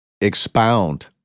expound